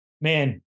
man